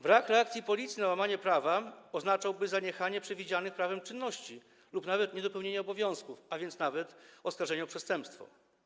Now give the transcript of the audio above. Brak reakcji policji na łamanie prawa oznaczałby zaniechanie przewidzianych prawem czynności lub nawet niedopełnienie obowiązków, a więc nawet oskarżenie o przestępstwo.